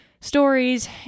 stories